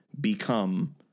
become